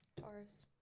Taurus